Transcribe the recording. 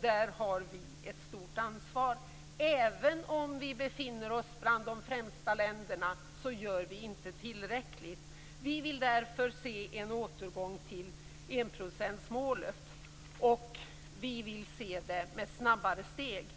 Där har vi ett stort ansvar. Även om Sverige befinner sig bland de främsta länderna är det inte tillräckligt. Vi vill därför se en återgång till enprocentsmålet i snabbare takt.